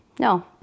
No